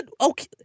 okay